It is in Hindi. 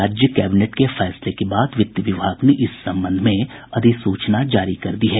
राज्य कैबिनेट के फैसले के बाद वित्त विभाग ने इस संबंध में अधिसूचना जारी कर दी है